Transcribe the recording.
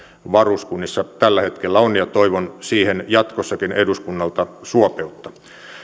varuskunnissa tällä hetkellä on ja toivon siihen jatkossakin eduskunnalta suopeutta